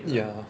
ya